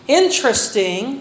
interesting